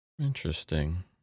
Interesting